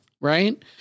Right